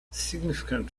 significant